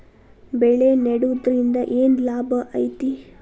ಬೆಳೆ ನೆಡುದ್ರಿಂದ ಏನ್ ಲಾಭ ಐತಿ?